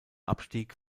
abstieg